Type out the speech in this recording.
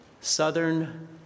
southern